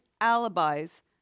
alibis